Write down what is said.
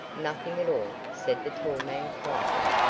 nothing at all, said the tall man, quietly.